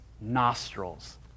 nostrils